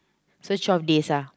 so twelve days ah